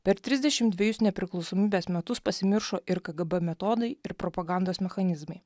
per trisdešim dvejus nepriklausomybės metus pasimiršo ir kgb metodai ir propagandos mechanizmai